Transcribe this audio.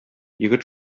егет